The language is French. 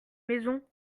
maison